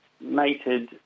mated